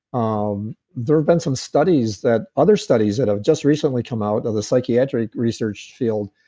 um there've been some studies that. other studies that have just recently come out of the psychiatric research field.